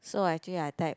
so I think I type